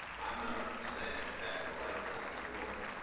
i'm not a san pabloite, not anymore.